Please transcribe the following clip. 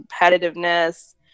competitiveness